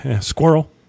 Squirrel